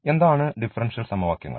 എന്താണ് ഡിഫറൻഷ്യൽ സമവാക്യങ്ങൾ